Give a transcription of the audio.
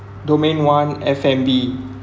domain one F&B